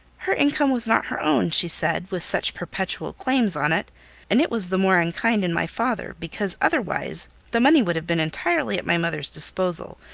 her income was not her own, she said, with such perpetual claims on it and it was the more unkind in my father, because, otherwise, the money would have been entirely at my mother's disposal,